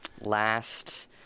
last